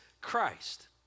Christ